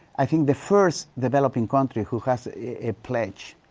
i think the first developing country who has a, a pledge,